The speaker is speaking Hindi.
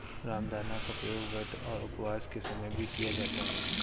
रामदाना का प्रयोग व्रत और उपवास के समय भी किया जाता है